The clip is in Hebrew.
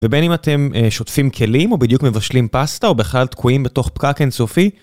ובין אם אתם שוטפים כלים, או בדיוק מבשלים פסטה, או בכלל תקועים בתוך פקק אינסופי.